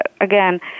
again